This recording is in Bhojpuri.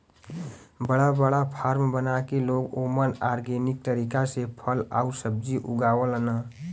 बड़ा बड़ा फार्म बना के लोग ओमन ऑर्गेनिक तरीका से फल आउर सब्जी उगावलन